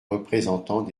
représentants